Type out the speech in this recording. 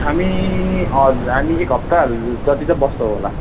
हामी हजुर हामी एक हप्ताहरू जति चाहिँ बस्छौँ होला